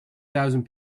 thousand